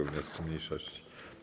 wniosku mniejszości.